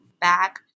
back